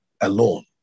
alone